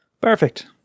perfect